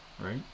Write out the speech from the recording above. right